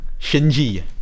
Shinji